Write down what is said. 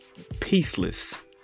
peaceless